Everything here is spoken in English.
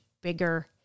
bigger